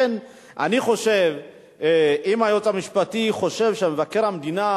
אני חושב שאם היועץ המשפטי חושב שמבקר המדינה